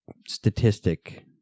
statistic